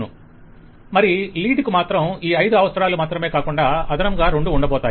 vendor మరి lead కు మాత్రం ఈ ఐదు అవసరాలు మాత్రమే కాకుండా అదనంగా రెండు ఉండబోతాయి